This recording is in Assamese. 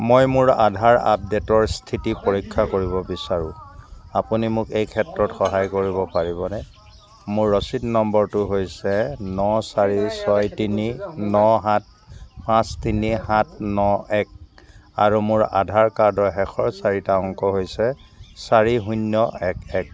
মই মোৰ আধাৰ আপডে'টৰ স্থিতি পৰীক্ষা কৰিব বিচাৰোঁ আপুনি মোক এই ক্ষেত্ৰত সহায় কৰিব পাৰিবনে মোৰ ৰচিদ নম্বৰটো হৈছে ন চাৰি ছয় তিনি ন সাত পাঁচ তিনি সাত ন এক আৰু মোৰ আধাৰ কাৰ্ডৰ শেষৰ চাৰিটা অংক হৈছে চাৰি শূন্য এক এক